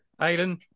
Aiden